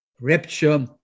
rapture